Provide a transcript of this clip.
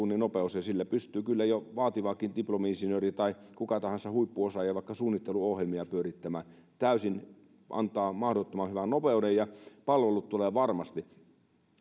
nopeus sekunnissa sillä pystyy kyllä jo vaativakin diplomi insinööri tai kuka tahansa huippuosaaja vaikka suunnitteluohjelmia pyörittämään se antaa mahdottoman hyvää nopeuden ja palvelut tulevat varmasti